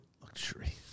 Luxury